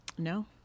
No